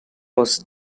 was